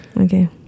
Okay